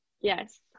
Yes